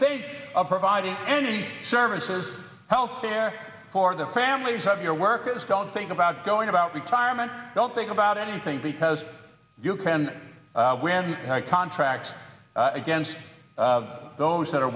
think of providing any services health care for the families of your workers don't think about going about retirement don't think about anything because you can win contracts against those that are